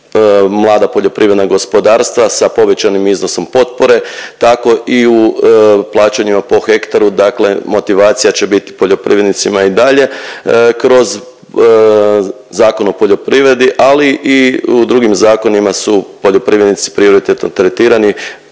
mlada poljoprivredna gospodarstva sa povećanim iznosom potpore tako i u plaćanjima po hektaru dakle motivacija će biti poljoprivrednicima i dalje kroz Zakon o poljoprivredi ali i u drugim zakonima su poljoprivrednici prioritetno tretirani,